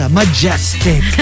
majestic